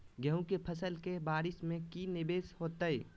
गेंहू के फ़सल के बारिस में की निवेस होता है?